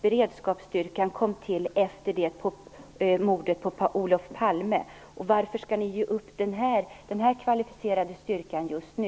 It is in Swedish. Beredskapsstyrkan kom ju till efter mordet på Olof Palme. Varför skall ni ge upp den här kvalificerade styrkan just nu?